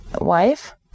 wife